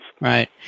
Right